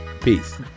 Peace